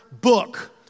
book